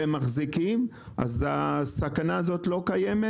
והם מחזיקים, אז הסכנה הזאת לא קיימת?